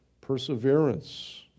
perseverance